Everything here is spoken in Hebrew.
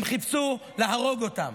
הם חיפשו להרוג אותם.